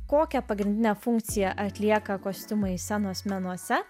kokią pagrindinę funkciją atlieka kostiumai scenos menuose